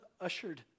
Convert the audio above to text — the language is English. ushered